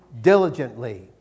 diligently